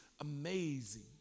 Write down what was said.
amazing